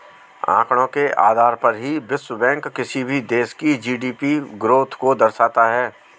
आंकड़ों के आधार पर ही विश्व बैंक किसी भी देश की जी.डी.पी ग्रोथ को दर्शाता है